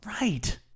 Right